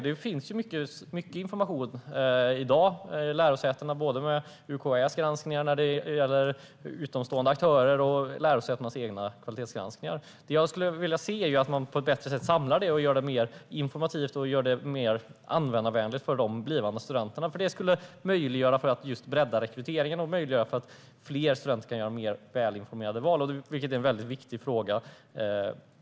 Det finns i dag mycket information om lärosätena, med både UKÄ:s granskningar när det gäller utomstående aktörer och lärosätenas egna kvalitetsgranskningar. Det jag skulle vilja se är att man på ett bättre sätt samlar det och gör det mer informativt och användarvänligt för de blivande studenterna. Det skulle möjliggöra en breddning av rekryteringen och möjliggöra för fler studenter att göra mer välinformerade val, vilket är en väldigt viktig fråga.